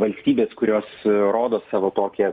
valstybės kurios rodo savo tokią